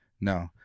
no